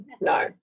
no